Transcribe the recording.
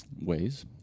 ways